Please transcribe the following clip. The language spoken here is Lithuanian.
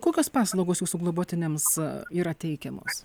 kokios paslaugos jūsų globotiniams yra teikiamos